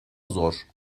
zor